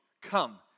Come